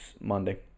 Monday